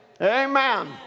Amen